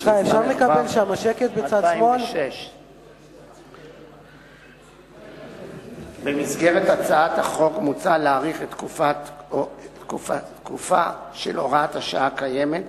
התשס"ו 2006. בהצעת החוק מוצע להאריך את תוקפה של הוראת השעה הקיימת,